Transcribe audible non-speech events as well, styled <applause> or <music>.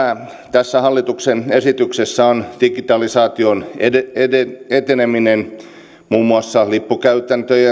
tässä hallituksen esityksessä on digitalisaation eteneminen muun muassa lippukäytäntöjen <unintelligible>